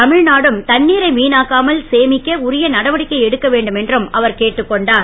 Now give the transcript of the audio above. தமி நாடும் தண்ணீரை வீணாக்காமல் சேமிக்க உரிய நடவடிக்கை எடுக்க வேண்டும் என்றும் அவர் கேட்டுக் கொண்டார்